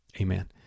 amen